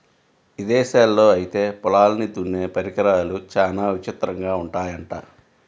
ఇదేశాల్లో ఐతే పొలాల్ని దున్నే పరికరాలు చానా విచిత్రంగా ఉంటయ్యంట